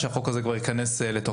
כדי שהחוק הזה כבר ייכנס לתוקף.